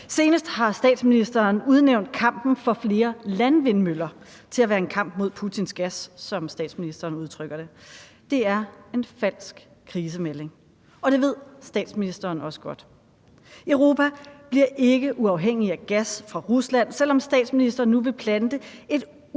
Senest har statsministeren udråbt kampen for flere landvindmøller til at være en kamp mod Putins gas, som statsministeren udtrykker det. Det er en falsk krisemelding, og det ved statsministeren også godt. Europa bliver ikke uafhængig af gas fra Rusland, selv om statsministeren nu vil plante et